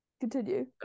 Continue